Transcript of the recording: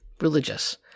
religious